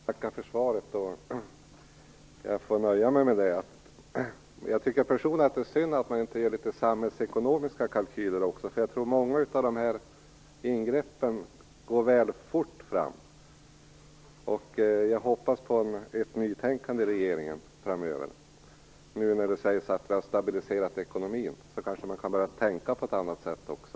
Herr talman! Jag vill bara tacka för svaret, och jag får nöja mig med det. Jag tycker personligen att det är synd att man inte har gör litet samhällsekonomiska kalkyler också. Jag tror att många av de här ingreppen går väl fort fram, och jag hoppas på ett nytänkande i regeringen framöver. Nu när det sägs att vi har stabiliserat ekonomin kanske man kan börja tänka på ett annat sätt också.